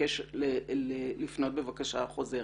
מבקש לפנות בבקשה חוזרת.